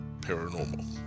paranormal